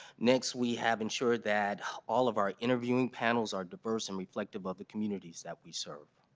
next we have ensured that all of our interviewing panels are diverse and reflective of the communities that we serve.